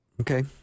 Okay